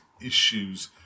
issues